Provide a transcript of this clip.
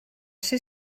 ser